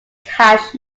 cash